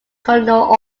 colonial